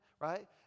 right